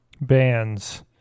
bands